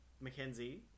Mackenzie